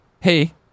hey